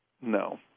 no